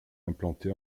implanté